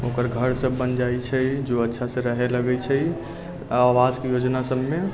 ओकर घर सब बन जाइ छै जो अच्छासँ रहऽ लगै छै आवासीय योजना सभमे